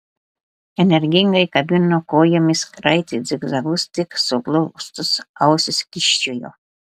energingai kabino kojomis raitė zigzagus tik suglaustos ausys kyščiojo